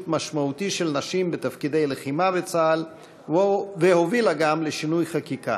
משמעותי של נשים בתפקידי לחימה בצה"ל והובילה גם לשינוי חקיקה.